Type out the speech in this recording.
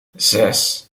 zes